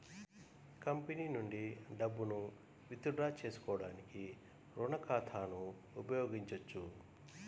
company నుండి డబ్బును withdraw చేసుకోవడానికి రుణ ఖాతాను ఉపయోగించొచ్చు